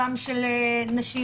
גם של נשים,